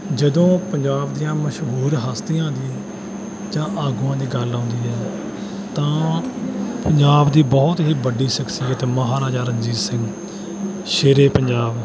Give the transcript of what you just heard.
ਜਦੋਂ ਪੰਜਾਬ ਦੀਆਂ ਮਸ਼ਹੂਰ ਹਸਤੀਆਂ ਦੀ ਜਾਂ ਆਗੂਆਂ ਦੀ ਗੱਲ ਆਉਂਦੀ ਹੈ ਤਾਂ ਪੰਜਾਬ ਦੀ ਬਹੁਤ ਹੀ ਵੱਡੀ ਸ਼ਖਸੀਅਤ ਮਹਾਰਾਜਾ ਰਣਜੀਤ ਸਿੰਘ ਸ਼ੇਰੇ ਪੰਜਾਬ